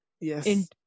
Yes